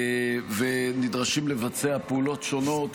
ונדרשים לבצע פעולות שונות